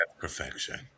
perfection